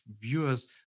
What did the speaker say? viewers